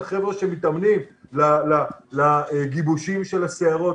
את החבר'ה שמתאמנים לגיבושים של הסיירות,